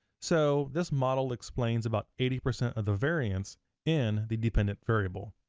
so this model explains about eighty percent of the variance in the dependent variable.